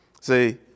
See